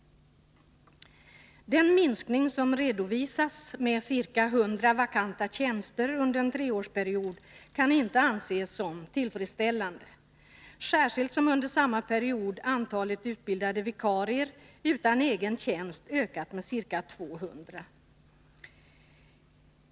Den minskning som redovisas med ca 100 vakanta tjänster under en treårsperiod kan inte anses tillfredsställande, särskilt som under samma period antalet utbildade vikarier utan egen tjänst ökat med ca 200.